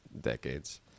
decades